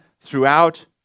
throughout